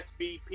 SBP